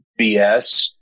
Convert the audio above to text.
BS